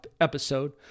episode